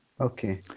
Okay